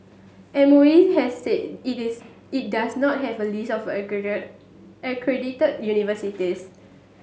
M O E has said it is it does not have a list of accredited universities